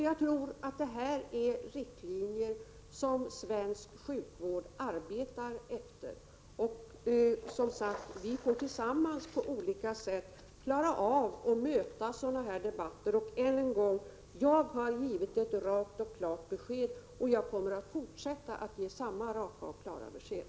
Jag tror att det är riktlinjer som svensk sjukvård arbetar efter. Vi får tillsammans på olika sätt klara av och möta sådana här debatter. Jag vill än en gång säga att jag har gett ett rakt och klart besked, och jag kommer att fortsätta att ge samma raka och klara besked.